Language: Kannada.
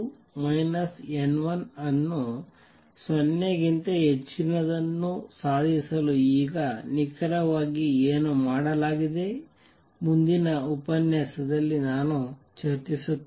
ಈ n2 n1ಅನ್ನು 0 ಗಿಂತ ಹೆಚ್ಚಿನದನ್ನು ಸಾಧಿಸಲು ಈಗ ನಿಖರವಾಗಿ ಏನು ಮಾಡಲಾಗಿದೆ ಮುಂದಿನ ಉಪನ್ಯಾಸದಲ್ಲಿ ನಾನು ಚರ್ಚಿಸುತ್ತೇನೆ